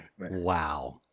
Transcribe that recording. Wow